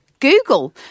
Google